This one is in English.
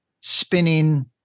spinning